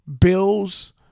Bills